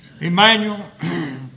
Emmanuel